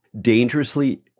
dangerously